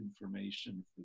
information